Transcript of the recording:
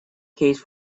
case